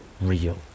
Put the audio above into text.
real